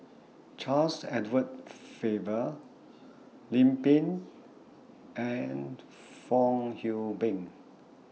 Charles Edward Faber Lim Pin and Fong Hoe Beng